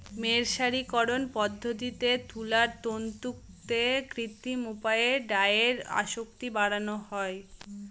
মের্সারিকরন পদ্ধতিতে তুলার তন্তুতে কৃত্রিম উপায়ে ডাইয়ের আসক্তি বাড়ানো হয়